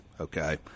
okay